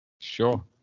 Sure